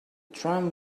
tram